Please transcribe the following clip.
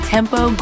Tempo